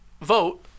vote